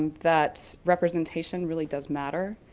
that representation really does matter,